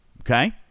Okay